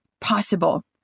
possible